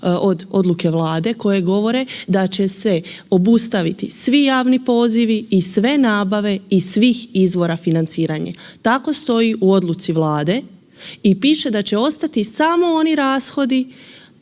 odluke Vlade koje govore da će se obustaviti svi javni pozivi i sve nabave iz svih izvora financiranja, tako stoji u odluci Vlade i piše da će ostati samo oni rashodi